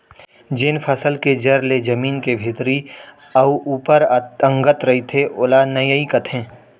जेन फसल के जर ले जमीन के भीतरी अउ ऊपर अंगत रइथे ओला नइई कथें